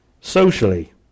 socially